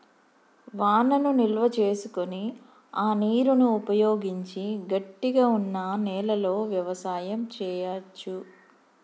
వానను నిల్వ చేసుకొని ఆ నీరును ఉపయోగించి గట్టిగ వున్నా నెలలో వ్యవసాయం చెయ్యవచు